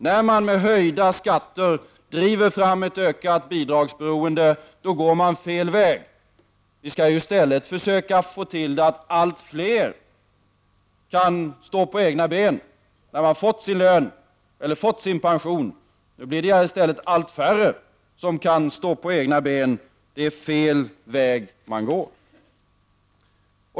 När man med höjda skatter driver fram ett ökat bidragsberoende går man fel väg. Vi skall i stället försöka göra så att allt fler kan stå på egna ben när de fått sin lön eller fått sin pension. Nu blir det i stället allt färre som kan stå på egna ben. Det är fel väg man går.